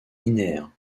linéaire